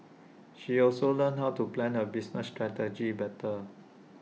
she also learned how to plan her business strategies better